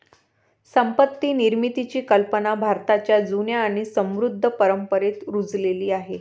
संपत्ती निर्मितीची कल्पना भारताच्या जुन्या आणि समृद्ध परंपरेत रुजलेली आहे